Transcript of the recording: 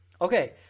Okay